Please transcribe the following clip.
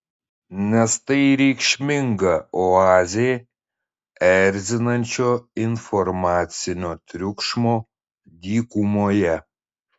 nes tai reikšminga oazė erzinančio informacinio triukšmo dykumoje